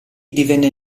divenne